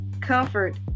comfort